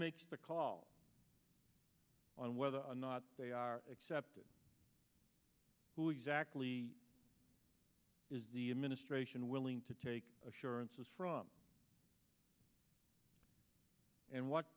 makes the call on whether or not they are accepted who exactly is the administration willing to take assurances from and what